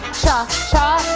cha, cha,